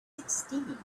sixteen